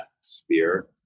sphere